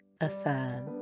Affirm